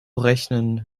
rechnen